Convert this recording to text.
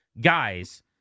guys